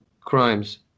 crimes